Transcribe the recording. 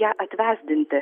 ją atvesdinti